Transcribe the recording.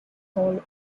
hall